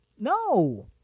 no